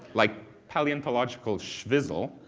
like paleontological shvisle,